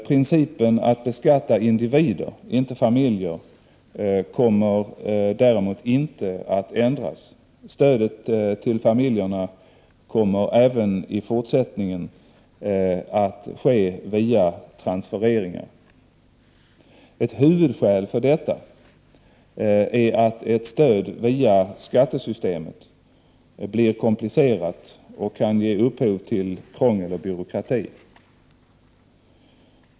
Principen att beskatta individer — inte familjer — kommer däremot inte att ändras. Stödet till familjerna kommer även i fortsättningen att ske via transfereringar. Ett huvudskäl för detta är att ett stöd via skattesystemet blir komplicerat och kan ge upphov till krångel och byråkrati.